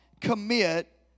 commit